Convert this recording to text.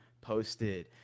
posted